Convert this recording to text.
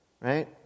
right